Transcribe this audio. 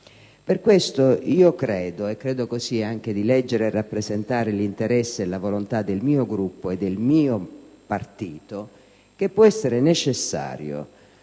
Per questo credo, e penso così di leggere e rappresentare l'interesse e la volontà del mio Gruppo e del mio partito, che può talvolta anche essere